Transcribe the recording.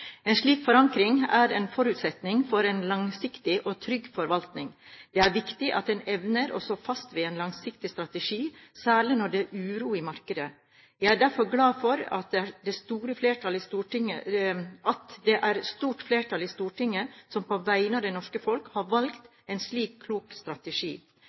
En slik forankring er en forutsetning for en langsiktig og trygg forvaltning. Det er viktig at en evner å stå fast ved en langsiktig strategi, særlig når det er uro i markedet. Jeg er derfor glad for at det er et stort flertall i Stortinget som på vegne av det norske folk har valgt en slik klok strategi.